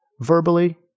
verbally